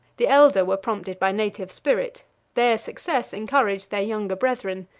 the elder were prompted by native spirit their success encouraged their younger brethren,